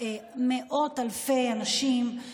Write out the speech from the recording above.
מאות אלפי אנשים,